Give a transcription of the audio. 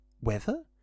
Weather